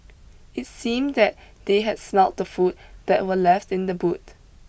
it seemed that they had smelt the food that were left in the boot